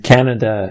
Canada